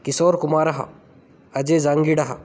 किशोरकुमारः अजयजाङ्गीडः